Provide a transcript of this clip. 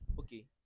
Okay